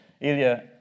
Ilya